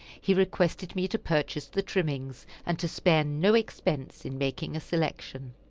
he requested me to purchase the trimmings, and to spare no expense in making a selection.